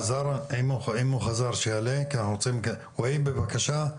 בבקשה,